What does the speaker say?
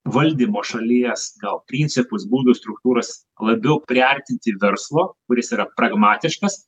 valdymo šalies gal principus būdus struktūras labiau priartinti verslo kuris yra pragmatiškas